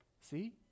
See